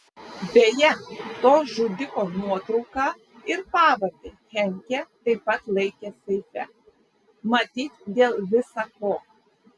beje to žudiko nuotrauką ir pavardę henkė taip pat laikė seife matyt dėl visa ko